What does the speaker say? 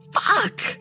Fuck